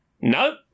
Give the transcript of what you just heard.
Nope